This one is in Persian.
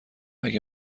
اگه